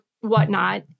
whatnot